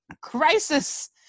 crisis